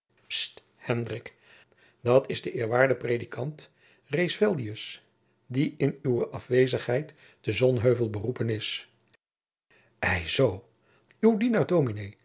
dat is de eerwaarde predikant jacob van lennep de pleegzoon raesfeldius die in uwe afwezenheid te sonheuvel beroepen is ei zoo uw